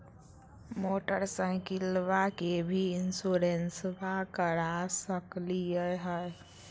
मोटरसाइकिलबा के भी इंसोरेंसबा करा सकलीय है?